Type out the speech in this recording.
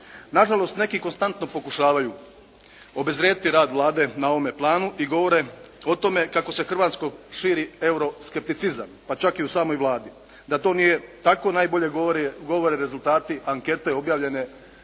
Nažalost, neki konstantno pokušavaju obezvrijediti rad Vlade na ovome planu i govore o tome kako se Hrvatskom širi euroskepticizam pa čak i u samoj Vladi. Da to nije tako najbolje govore rezultati ankete objavljene u